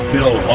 Bill